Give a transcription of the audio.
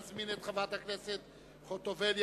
אני מזמין את חברת הכנסת ציפי חוטובלי,